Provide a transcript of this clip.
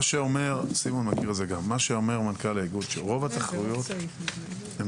מה שאומר מנכ"ל האיגוד זה שרוב התחרויות הן